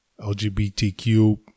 LGBTQ